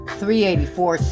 384